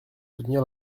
soutenir